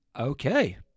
Okay